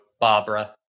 Barbara